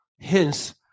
hence